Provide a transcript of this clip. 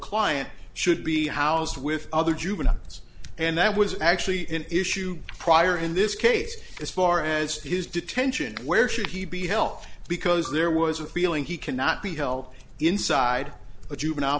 client should be housed with other juveniles and that was actually an issue prior in this case as far as his detention where should he be health because there was a feeling he cannot be held inside a juvenile